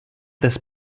this